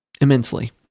immensely